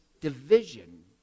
division